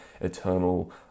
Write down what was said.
eternal